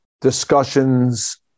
discussions